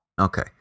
Okay